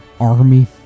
army